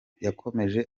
yakomeje